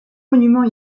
monuments